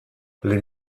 les